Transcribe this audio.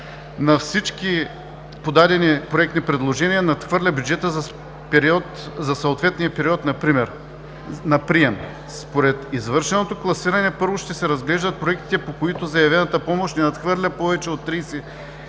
на всички подадени проектни предложения надхвърля бюджета за съответния период на прием. Според извършеното класиране първо ще се разглеждат проектите, по които заявената помощ не надхвърля повече от 30%